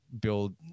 build